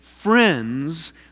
friends